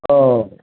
और